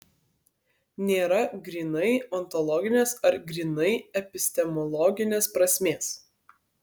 nėra grynai ontologinės ar grynai epistemologinės prasmės